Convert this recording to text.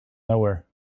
nowhere